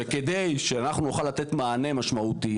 שכדי שאנחנו נוכל לתת מענה משמעותי,